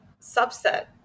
subset